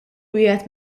wieħed